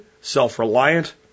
self-reliant